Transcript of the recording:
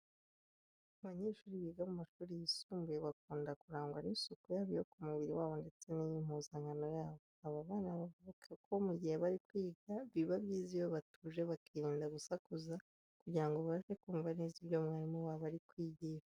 Abanyeshuri biga mu mashuri yisumbuye bakunda kurangwa n'isuku yaba iyo ku mubiri wabo ndetse n'iy'impuzankano zabo. Aba bana bavuga ko mu gihe bari kwiga, biba byiza iyo batuje bakirinda gusakuza kugira ngo babashe kumva neza ibyo mwarimu wabo ari kwigisha.